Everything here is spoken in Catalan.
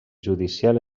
judicial